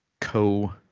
co